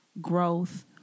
growth